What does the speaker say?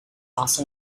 also